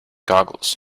goggles